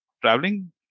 traveling